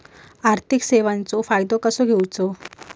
आर्थिक सेवाचो फायदो कसो घेवचो?